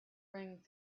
ring